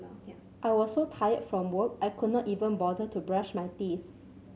I was so tired from work I could not even bother to brush my teeth